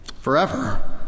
forever